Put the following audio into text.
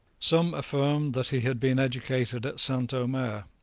some affirmed that he had been educated at st. omers,